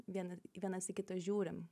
vienas vienas į kitą žiūrim